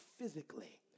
physically